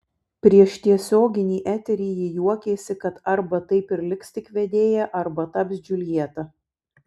prieš tiesioginį eterį ji juokėsi kad arba taip ir liks tik vedėja arba taps džiuljeta